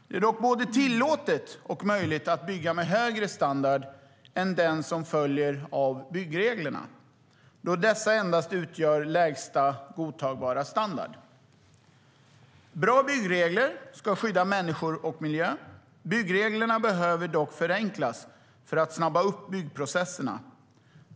Det är dock både tillåtet och möjligt att bygga med högre standard än den som följer av byggreglerna, då dessa endast utgör lägsta godtagbara standard. Bra byggregler ska skydda människor och miljö. Byggreglerna behöver dock förenklas för att snabba upp byggprocesserna.